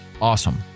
awesome